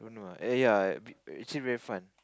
dunno ah err ya actually very fun